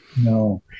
No